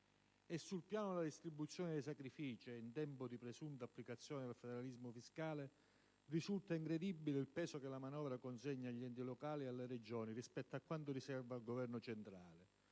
Sul piano della distribuzione dei sacrifici - ed in tempo di presunta applicazione del federalismo fiscale - risulta incredibile il peso che la manovra consegna agli enti locali e alle Regioni rispetto a quanto riserva al Governo centrale: